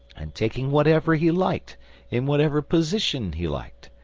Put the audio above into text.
and, taking whatever he liked in whatever position he liked,